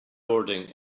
boarding